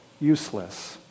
useless